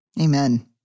Amen